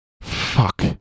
fuck